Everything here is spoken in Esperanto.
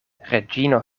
reĝino